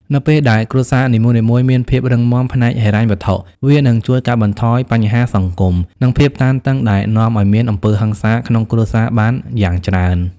នៅពេលដែលគ្រួសារនីមួយៗមានភាពរឹងមាំផ្នែកហិរញ្ញវត្ថុ វានឹងជួយកាត់បន្ថយបញ្ហាសង្គម និងភាពតានតឹងដែលនាំឱ្យមានអំពើហិង្សាក្នុងគ្រួសារបានយ៉ាងច្រើន។